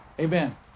Amen